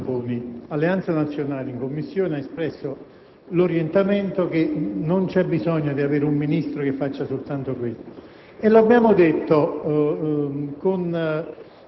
riprendo il discorso del senatore Ramponi; Alleanza Nazionale in Commissione ha espresso l'orientamento che non c'è bisogno di avere un Ministro che faccia soltanto questo